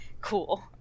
cool